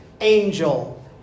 angel